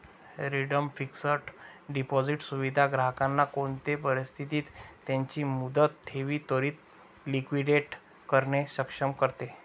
redeemed fixed deposit सुविधा ग्राहकांना कोणते परिस्थितीत त्यांची मुदत ठेव त्वरीत लिक्विडेट करणे सक्षम करते